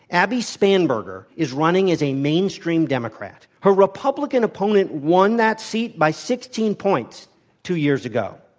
abby spanberger is running as a mainstream democrat. her republican opponent won that seat by sixteen points two years ago.